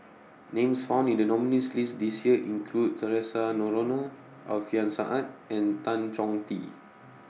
Names found in The nominees' list This Year include Theresa Noronha Alfian Sa'at and Tan Chong Tee